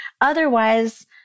Otherwise